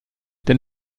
denn